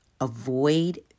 avoid